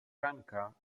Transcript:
ranka